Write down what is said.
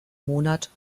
monat